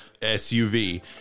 SUV